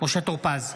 משה טור פז,